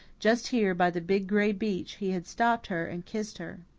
just here, by the big gray beech, he had stopped her and kissed her.